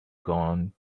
gone